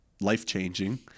life-changing